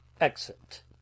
Exit